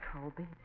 Colby